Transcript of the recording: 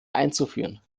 einzuführen